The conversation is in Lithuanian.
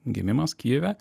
gimimas kijeve